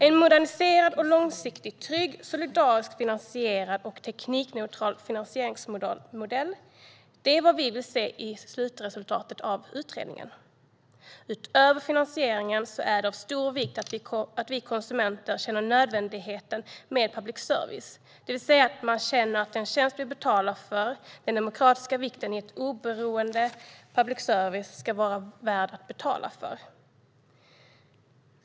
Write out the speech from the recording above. En moderniserad, långsiktigt trygg, solidariskt finansierad och teknikneutral finansieringsmodell är vad vi vill se som slutresultat av utredningen. Utöver finansieringen är det av stor vikt att vi konsumenter känner att public service är nödvändigt, det vill säga att vi känner att den tjänst vi betalar för, den demokratiska vikten av ett oberoende public service, ska vara värd att betala för.